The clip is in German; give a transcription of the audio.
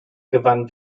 gewann